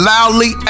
Loudly